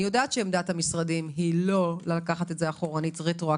אני יודעת שעמדת המשרדים לא לקחת את זה רטרואקטיבית.